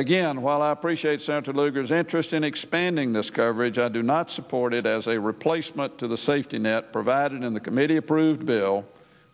again while i appreciate senator lugar's interest in expanding this coverage i do not support it as a replacement to the safety net provided in the committee approved a bill